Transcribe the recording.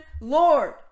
lord